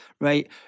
right